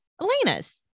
Elena's